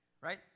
Right